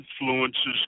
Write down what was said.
influences